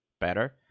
better